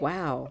Wow